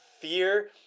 fear